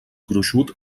gruixut